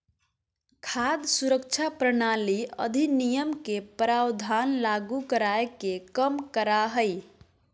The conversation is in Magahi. खाद्य सुरक्षा प्रणाली अधिनियम के प्रावधान लागू कराय के कम करा हइ